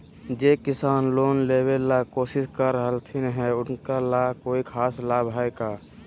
जे किसान लोन लेबे ला कोसिस कर रहलथिन हे उनका ला कोई खास लाभ हइ का?